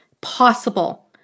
possible